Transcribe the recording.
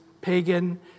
pagan